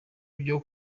byo